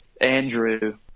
Andrew